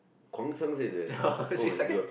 Guang-Xiang says that oh my god